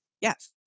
yes